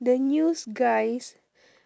the news guys